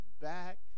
back